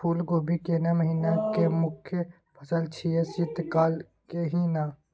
फुल कोबी केना महिना के मुखय फसल छियै शीत काल के ही न?